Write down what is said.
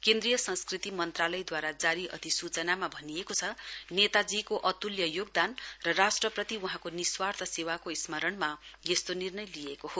केन्द्रीय संस्कृति मन्त्रालयद्वारा जारी अधिसूचनामा भनिएको छ नेताजीको अत्ल्य योगदान र राष्ट्रपति वहाँको निस्वार्थ सेवाको स्मरणमा यस्तो निर्णय लिएको हो